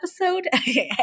episode